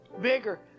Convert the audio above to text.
bigger